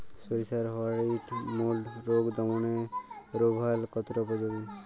সরিষার white mould রোগ দমনে রোভরাল কতটা উপযোগী?